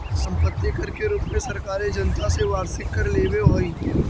सम्पत्ति कर के रूप में सरकारें जनता से वार्षिक कर लेवेऽ हई